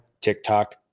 TikTok